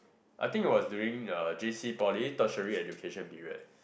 I think it was during uh J_C poly tertiary education period